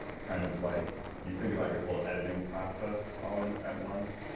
kind of like you think about your whole editing process all and at once.